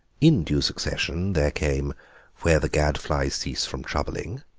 in due succession there came where the gad-flies cease from troubling,